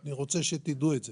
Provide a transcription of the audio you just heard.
אני רוצה שתדעו את זה.